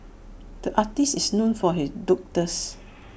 the artist is known for his doodles